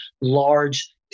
large